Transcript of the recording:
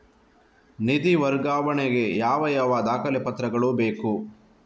ನಿಧಿ ವರ್ಗಾವಣೆ ಗೆ ಯಾವ ಯಾವ ದಾಖಲೆ ಪತ್ರಗಳು ಬೇಕು?